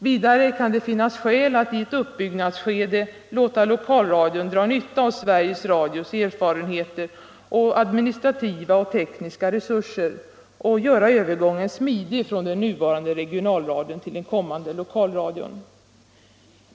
Vidare kan det finnas skäl att i ett uppbyggnadsskede låta lokalradion dra nytta av Sveriges Radios erfarenheter samt dess administrativa och tekniska resurser och göra övergången smidig från den nuvarande regionalradion till den kommande lokalradion.